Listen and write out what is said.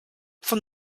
from